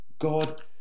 God